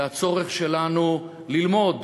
והצורך שלנו ללמוד